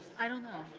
i don't know.